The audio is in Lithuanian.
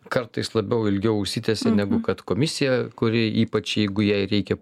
kartais labiau ilgiau užsitęsia negu kad komisija kuri ypač jeigu jai reikia